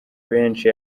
benshi